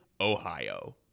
Ohio